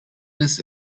this